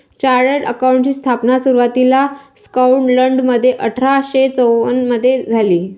chartered अकाउंटंटची स्थापना सुरुवातीला स्कॉटलंडमध्ये अठरा शे चौवन मधे झाली